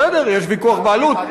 בסדר, יש ויכוח בעלות.